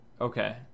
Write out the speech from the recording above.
Okay